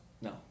No